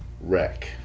Wreck